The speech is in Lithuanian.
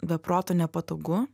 be proto nepatogu